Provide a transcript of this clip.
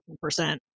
percent